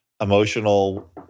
emotional